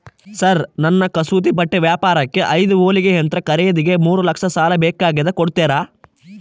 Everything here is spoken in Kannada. ಸರ್ ನನ್ನ ಕಸೂತಿ ಬಟ್ಟೆ ವ್ಯಾಪಾರಕ್ಕೆ ಐದು ಹೊಲಿಗೆ ಯಂತ್ರ ಖರೇದಿಗೆ ಮೂರು ಲಕ್ಷ ಸಾಲ ಬೇಕಾಗ್ಯದ ಕೊಡುತ್ತೇರಾ?